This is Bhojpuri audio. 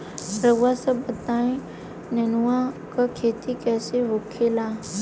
रउआ सभ बताई नेनुआ क खेती कईसे होखेला?